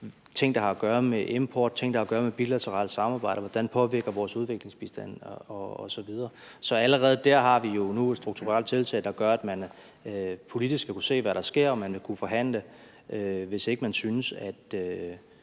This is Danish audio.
ting, der har at gøre med import, ting, der har at gøre med bilateralt samarbejde, og hvordan vores udviklingsbistand påvirker det osv. Så allerede der har vi jo nu et strukturelt tiltag, der gør, at man politisk skal kunne se, hvad der sker, og om man vil kunne forhandle, hvis ikke man synes, at